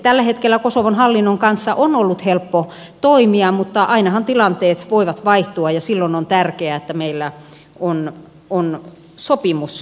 tällä hetkellä kosovon hallinnon kanssa on ollut helppo toimia mutta ainahan tilanteet voivat vaihtua ja silloin on tärkeää että meillä on sopimus olemassa